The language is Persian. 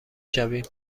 شویم